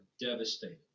devastating